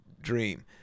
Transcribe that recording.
dream